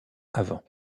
avant